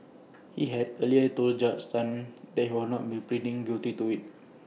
he had earlier told Judge Tan that he would not be pleading guilty to IT